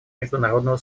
международного